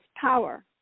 power